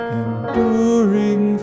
enduring